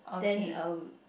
then uh